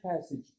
passage